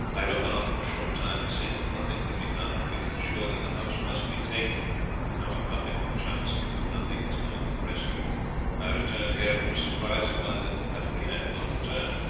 i looked on for a short time but seeing that nothing could be done, and feeling sure that the house must be taken knowing nothing of the chance of the burgundians coming to the rescue i returned here and was surprised to find that katarina had not returned.